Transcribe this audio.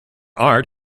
art